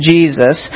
Jesus